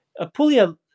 Apulia